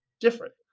different